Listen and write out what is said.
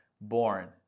born